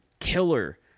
killer